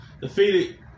Defeated